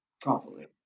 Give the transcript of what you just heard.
properly